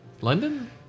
London